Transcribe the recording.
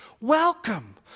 Welcome